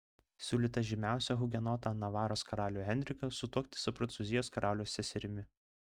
siūlyta žymiausią hugenotą navaros karalių henriką sutuokti su prancūzijos karaliaus seserimi